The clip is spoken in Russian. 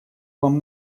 вам